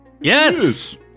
Yes